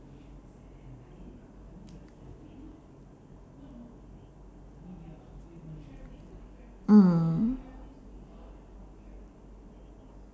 mm